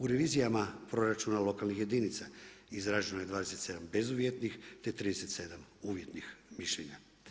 U revizijama proračuna lokalnih jedinica, izraženo je 27 bezuvjetnih te 37 uvjetnih mišljenja.